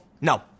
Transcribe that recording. no